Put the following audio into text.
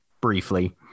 briefly